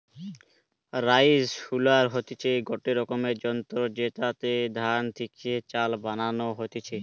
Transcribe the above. rice huller হতিছে গটে রকমের যন্ত্র জেতাতে ধান থেকে চাল বানানো হতিছে